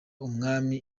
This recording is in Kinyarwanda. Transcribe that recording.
umwami